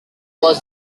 was